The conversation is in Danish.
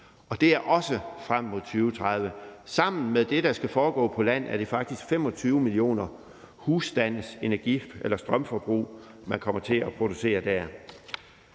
og det er også frem mod 2030. Sammen med det, der skal foregå på land, er det faktisk 25 millioner husstandes strømforbrug, man kommer til at producere der.